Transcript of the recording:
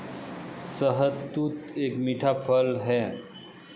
शहतूत एक मीठा फल है